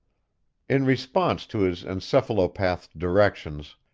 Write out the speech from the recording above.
in response to his encephalopathed directions,